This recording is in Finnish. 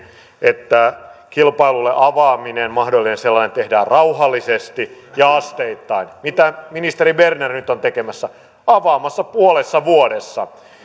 että kilpailulle avaaminen mahdollinen sellainen tehdään rauhallisesti ja asteittain mitä ministeri berner nyt on tekemässä avaamassa puolessa vuodessa